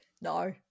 No